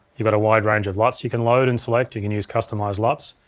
you've got a wide range of luts you can load and select, you can use customized luts.